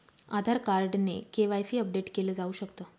आधार card ने KYC update केल जाऊ शकत